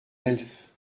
elfes